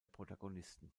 protagonisten